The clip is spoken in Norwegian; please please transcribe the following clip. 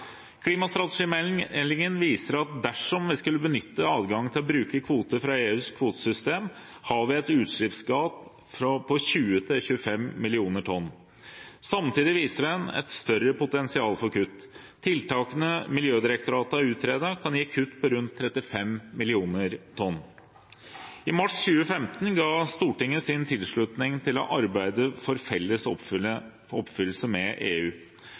EU-rammeverket. Klimastrategimeldingen viser at dersom vi skulle benytte adgangen til å bruke kvoter fra EUs kvotesystem, ville vi ha et utslippsgap på 20–25 millioner tonn. Samtidig viser den et større potensial for kutt. Tiltakene Miljødirektoratet har utredet, kan gi et kutt på rundt 35 millioner tonn. I mars 2015 ga Stortinget sin tilslutning til å arbeide for felles oppfyllelse med EU.